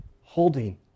holding